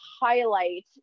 highlight